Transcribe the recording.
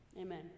amen